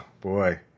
boy